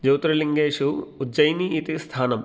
ज्योतिर्लिङ्गेषु उज्जयिनी इति स्थानं